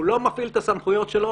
הוא לא מפעיל את הסמכויות שלו